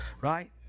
right